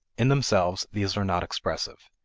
in themselves, these are not expressive.